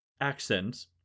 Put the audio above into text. accents